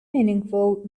meaningful